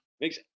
Makes